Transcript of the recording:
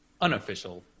unofficial